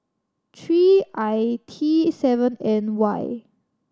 three I T seven N Y